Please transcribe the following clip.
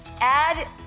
Add